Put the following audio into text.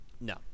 No